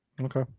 Okay